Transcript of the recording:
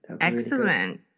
Excellent